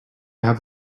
have